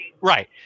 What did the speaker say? right